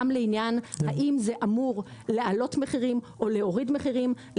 וגם האם זה אמור להעלות מחירים או להוריד מחירים,